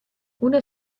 una